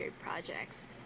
projects